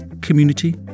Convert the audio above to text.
community